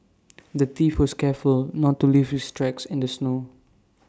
the thief was careful not to leave his tracks in the snow